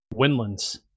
Windlands